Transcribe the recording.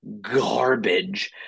garbage